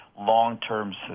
long-term